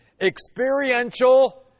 experiential